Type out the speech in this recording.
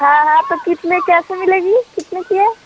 हाँ हाँ तो कितने कैसे मिलेगी कितने की है